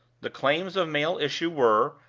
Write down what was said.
the claims of male issue were,